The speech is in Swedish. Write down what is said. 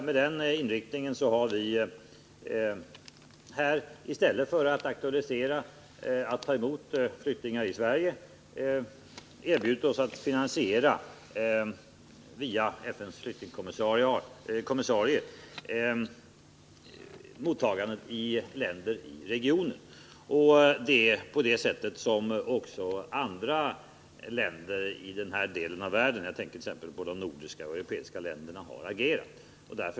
Mot den bakgrunden har vi i stället för att ta emot flyktingar i Sverige erbjudit oss att via FN:s flyktingkommissarie finansiellt stödja de länder i regionen dit flyktingarna söker sig. På det sättet har också andra länder i den här delen av världen agerat — jag tänker t.ex. på övriga nordiska och europeiska länder.